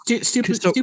Stupid